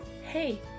hey